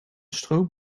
stroom